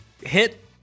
hit